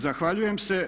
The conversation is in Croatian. Zahvaljujem se.